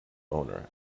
owner